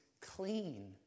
clean